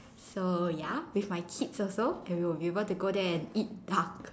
so ya with my kids also and we will be able to go there and eat duck